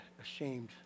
ashamed